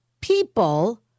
people